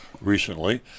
recently